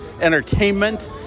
entertainment